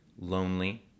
lonely